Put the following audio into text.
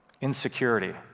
Insecurity